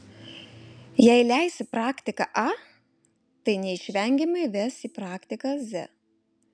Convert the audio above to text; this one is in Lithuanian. jei leisi praktiką a tai neišvengiamai ves į praktiką z